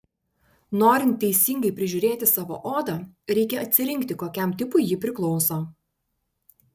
norint teisingai prižiūrėti savo odą reikia atsirinkti kokiam tipui ji priklauso